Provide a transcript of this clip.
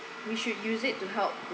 we should use it to help the